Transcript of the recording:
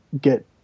get